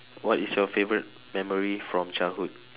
what is your favourite memory from childhood